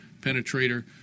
penetrator